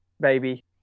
baby